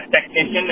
technician